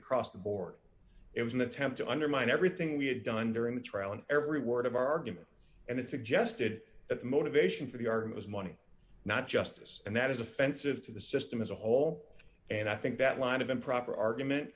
across the board it was an attempt to undermine everything we had done during the trial and every word of our argument and it suggested that the motivation for the art was money not justice and that is offensive to the system as a whole and i think that line of improper argument